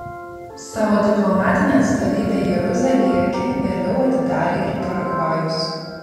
savo diplomatinę atstovybę jeruzalėje kiek vėliau atidarė ir paragvajus